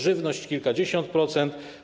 Żywność - kilkadziesiąt procent.